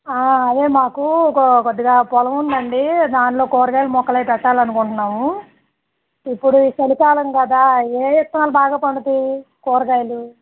అదే మాకు కొ కొద్దిగా పొలముందండి దానిలో కూరగాయల మొక్కలవిపెట్టాలనుకుంటున్నాము ఇప్పుడు చలికాలం కదా ఏ విత్తనాలు బాగా పండుతాయి కూరగాయలు